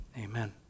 amen